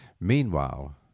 Meanwhile